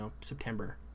September